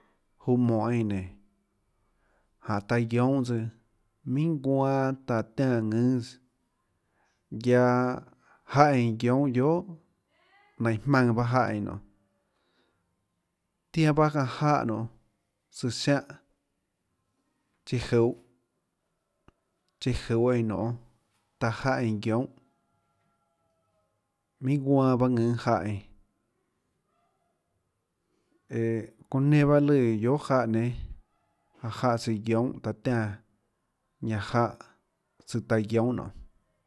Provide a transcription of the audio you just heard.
Juhå mónå eínã nénå jánhã taã guionhâ tsøã minhà guanâ taã tiánã ðùâs tsøã guiaâ jáhã eínã guionhâ guiohà nainhå jmaønã jáhã eínã nonê zianã paâ janã jáhã nionê søã siánhã chiã juhå chiã juhå eínã nonê taã jáhã eínã guionhâ minhà guanâ pahâ ðùnâ jáhã eínã õå çoønã nenã pahâ lùã guiohà jáhã nénâ, jáhã tsøã guionhâ taã tiánã ñanã jáhã tsøã taã guionhâ nionê.